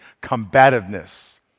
combativeness